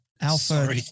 alpha